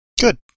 good